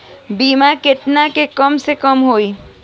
बीमा केतना के कम से कम होई?